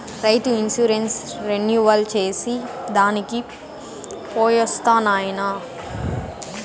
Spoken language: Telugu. రైతు ఇన్సూరెన్స్ రెన్యువల్ చేసి దానికి పోయొస్తా నాయనా